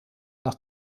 nach